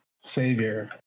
Savior